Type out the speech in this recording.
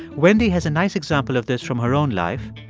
wendy has a nice example of this from her own life.